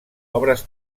obres